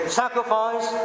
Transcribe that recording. sacrifice